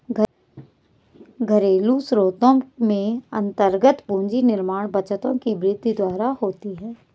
घरेलू स्रोत में अन्तर्गत पूंजी निर्माण बचतों की वृद्धि द्वारा होती है